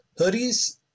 Hoodies